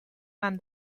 and